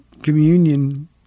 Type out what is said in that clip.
Communion